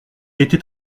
était